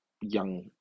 young